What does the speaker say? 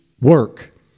work